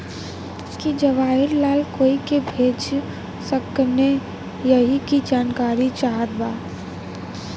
की जवाहिर लाल कोई के भेज सकने यही की जानकारी चाहते बा?